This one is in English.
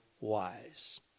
wise